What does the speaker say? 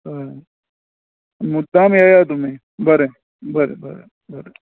हय मुद्दाम येया तुमी बरें बरें बरें बरें